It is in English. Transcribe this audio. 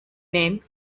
name